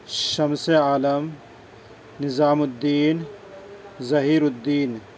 Shams Alam Nizamuddin Zahiruddin